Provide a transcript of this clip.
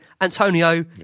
Antonio